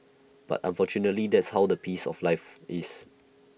but unfortunately that's how the pace of life is